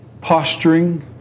posturing